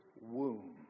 womb